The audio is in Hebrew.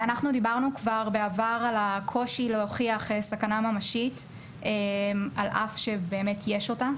כבר בעבר אנחנו על הקושי להוכיח סכנה ממשית על אף שבאמת יש אותה.